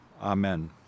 amen